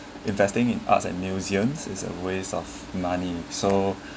investing in arts and museums is a waste of money so